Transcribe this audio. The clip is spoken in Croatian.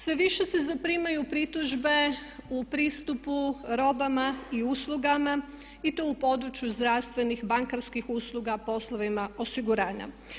Sve više se zaprimaju pritužbe u pristupu robama i uslugama i to u području zdravstvenih, bankarskih usluga, poslovima osiguranja.